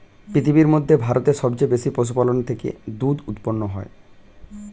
পৃথিবীর মধ্যে ভারতে সবচেয়ে বেশি পশুপালনের থেকে দুধ উৎপন্ন হয়